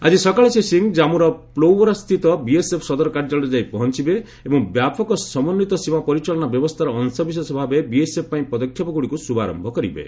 ଆଜି ସକାଳେ ଶ୍ରୀ ସିଂହ ଜାନ୍ମୁର ପ୍ଲୋଉରା ସ୍ଥିତ ବିଏସ୍ଏଫ୍ ସଦର କାର୍ଯ୍ୟାଳୟରେ ଯାଇ ପହଞ୍ଚିବେ ଏବଂ ବ୍ୟାପକ ସମନ୍ଧିତ ସୀମା ପରିଚାଳନା ବ୍ୟବସ୍ଥାର ଅଶବିଶେଷ ଭାବେ ବିଏସ୍ଏଫ୍ ପାଇଁ ପଦକ୍ଷେପଗୁଡ଼ିକୁ ଶୁଭାରନ୍ଭ କରିବେ